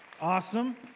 Awesome